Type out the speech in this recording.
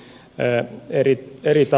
nyt pyydän tiivistämään